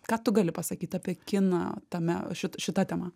ką tu gali pasakyt apie kiną va tame ši šita tema